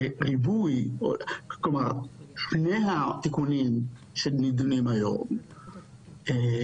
שפני התיקונים שנידונים היום,